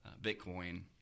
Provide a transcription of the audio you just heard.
Bitcoin